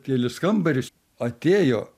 kelis kambarius atėjo